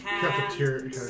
Cafeteria